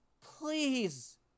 please